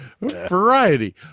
variety